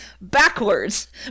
backwards